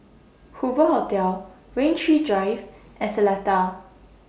Hoover Hotel Rain Tree Drive and Seletar